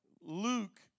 Luke